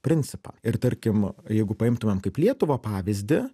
principą ir tarkim jeigu paimtumėm kaip lietuvą pavyzdį